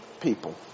people